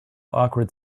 awkward